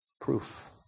proof